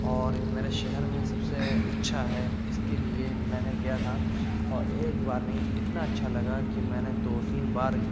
اور میرے شہر میں سب سے اچھا ہے اس کے لیے میں نے گیا تھا اور ایک بار نہیں اتنا اچھا لگا کہ میں نے دو تین بار